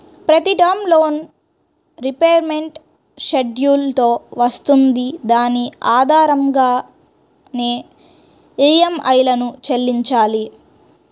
ప్రతి term loan repayment schedule తో వస్తుంది దాని ఆధారంగానే ఈఎంఐలను చెల్లించాలి